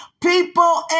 people